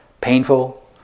painful